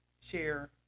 share